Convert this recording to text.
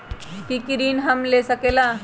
की की ऋण हम ले सकेला?